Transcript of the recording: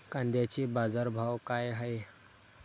कांद्याचे बाजार भाव का हाये?